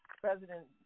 President